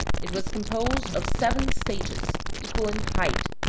it was composed of seven stages, equal in height,